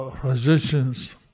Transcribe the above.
physicians